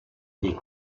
des